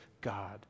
God